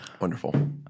Wonderful